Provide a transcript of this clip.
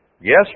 Yes